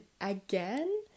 again